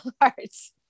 Arts